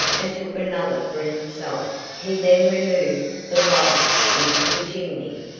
and took another for himself he then removed the light into the chimney,